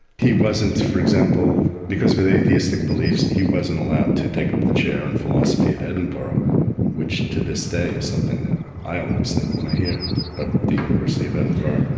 he wasn't, for example, because of of atheistic beliefs, he wasn't allowed to take up the chair in philosophy in edinburgh which to this day is something that i always think when i hear that the university of edinburgh,